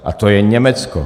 A to je Německo.